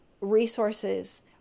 resources